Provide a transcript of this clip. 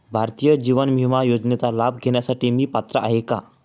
भारतीय जीवन विमा योजनेचा लाभ घेण्यासाठी मी पात्र आहे का?